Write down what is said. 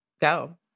Go